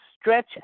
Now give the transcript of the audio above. Stretch